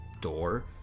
door